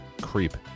creep